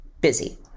busy